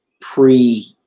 pre-